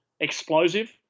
explosive